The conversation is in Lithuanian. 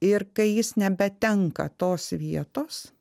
ir kai jis nebetenka tos vietos